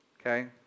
okay